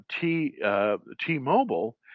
T-Mobile